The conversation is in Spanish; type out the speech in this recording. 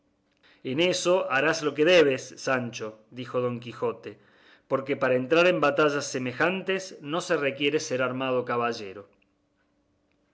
en eso harás lo que debes sancho dijo don quijote porque para entrar en batallas semejantes no se requiere ser armado caballero